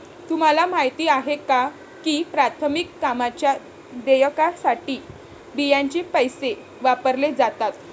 तुम्हाला माहिती आहे का की प्राथमिक कामांच्या देयकासाठी बियांचे पैसे वापरले जातात?